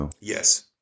Yes